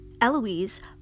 Eloise